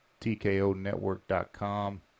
tkonetwork.com